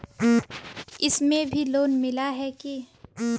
इसमें भी लोन मिला है की